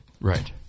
Right